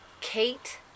Kate